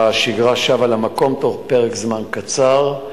והשגרה שבה למקום בתוך פרק זמן קצר.